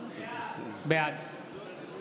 בעד